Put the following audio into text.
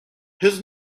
his